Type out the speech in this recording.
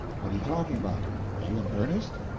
what are you talking about? are you in earnest?